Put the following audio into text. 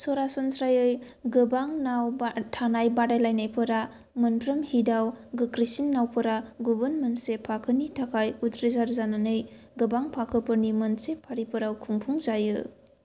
सरासनस्रायै गोबां नाव थानाय बादायलायनायफोरा मोनफ्रोम हिटाव गोख्रैसिन नावफोरा गुबुन मोनसे फाखोनि थाखाय उथ्रिसार जानानै गोबां फाखोफोरनि मोनसे फारिफोराव खुंफुंजायो